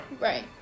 Right